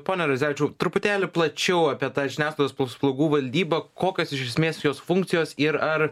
pone radzevičiau truputėlį plačiau apie tą žiniasklaidos paslaugų valdybą kokios iš esmės jos funkcijos ir ar